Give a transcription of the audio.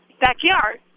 backyard